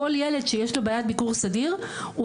כל ילד שיש לו בעיית ביקור סדיר הוא